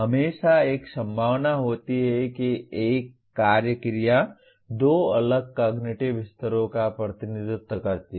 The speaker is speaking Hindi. हमेशा एक संभावना होती है कि एक कार्य क्रिया दो अलग अलग कॉग्निटिव स्तरों का प्रतिनिधित्व करती है